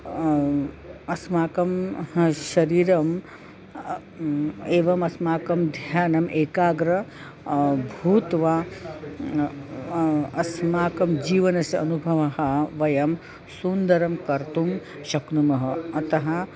अस्माकं शरीरम् एवमस्माकं ध्यानम् एकाग्रता भूत्वा अस्माकं जीवनस्य अनुभवः वयं सुन्दरं कर्तुं शक्नुमः अतः